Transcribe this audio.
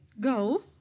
Go